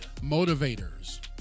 motivators